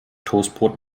toastbrot